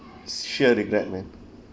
sure regret man